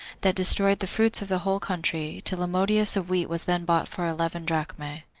that destroyed the fruits of the whole country, till a modius of wheat was then bought for eleven drachmae.